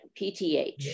PTH